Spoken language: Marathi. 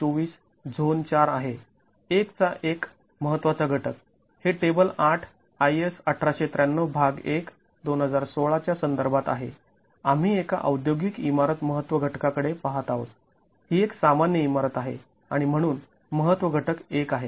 २४ झोन IV आहे १ चा एक महत्त्वाचा घटक हे टेबल ८ IS १८९३ भाग १ २०१६ च्या संदर्भात आहे आम्ही एका औद्योगिक इमारत महत्त्व घटका कडे पहात आहोत ही एक सामान्य इमारत आहे आणि म्हणून महत्त्व घटक १ आहे